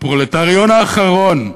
הפרולטריון האחרון.